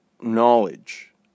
knowledge